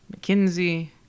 McKinsey